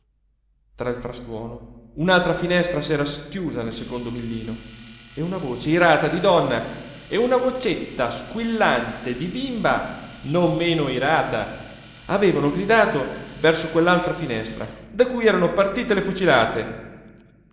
tra il frastuono un'altra finestra s'era schiusa nel secondo villino e una voce irata di donna e una vocetta squillante di bimba non meno irata avevano gridato verso quell'altra finestra da cui erano partite le fucilate